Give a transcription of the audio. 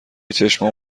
چشمام